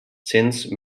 since